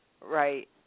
Right